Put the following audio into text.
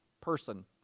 person